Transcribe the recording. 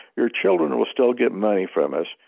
your children will still get money from us,